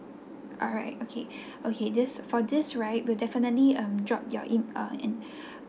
alright okay okay this for this right we'll definitely um drop your in uh in